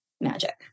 Magic